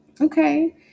Okay